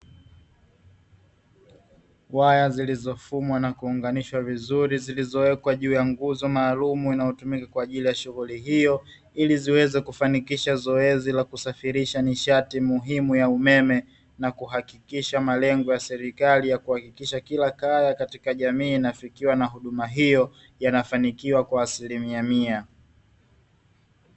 Waya zilizofumwa na kuunganishwa vizuri zilizowekwa juu ya nguzo maalumu, inayotumika kwa ajili ya shughuli hiyo ili ziweze kufanikisha zoezi la kusafirisha nishati muhimu ya umeme, na kuhakikisha malengo ya serikali ya kuhakikisha kila kaya katika jamii inafikiwa na huduma hiyo yanafanikiwa kwa asilimia mia.